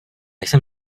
jsem